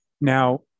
Now